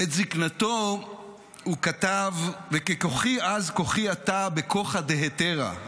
בעת זקנתו הוא כתב: וככוחי אז כוחי עתה בכוחא דהיתרא,